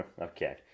Okay